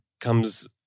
comes